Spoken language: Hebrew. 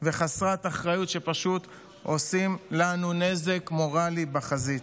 וחסרת אחריות, שפשוט עושה לנו נזק מורלי בחזית.